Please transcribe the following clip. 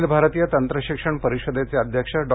अखिल भारतीय तंत्रशिक्षण परिषदेचे अध्यक्ष डॉ